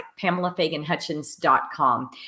PamelaFaganHutchins.com